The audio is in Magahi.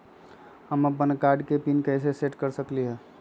हम अपन कार्ड के पिन कैसे सेट कर सकली ह?